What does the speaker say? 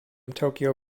tokyo